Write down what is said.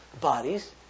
bodies